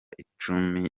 icumi